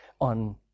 on